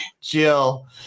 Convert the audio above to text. Jill